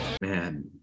Man